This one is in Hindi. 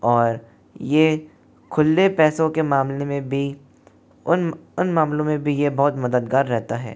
और यह खुल्ले पैसों के मामले में भी उन उन मामलों में भी यह बहुत मददगार रहता है